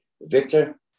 Victor